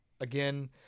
Again